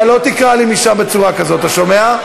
אתה לא תקרא לי משם בצורה כזאת, אתה שומע?